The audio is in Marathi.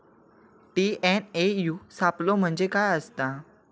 टी.एन.ए.यू सापलो म्हणजे काय असतां?